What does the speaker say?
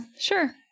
sure